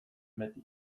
beti